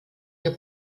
der